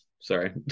Sorry